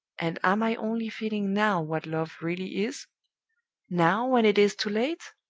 and am i only feeling now what love really is now, when it is too late?